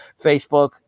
Facebook